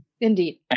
indeed